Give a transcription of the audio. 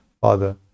Father